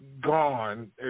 gone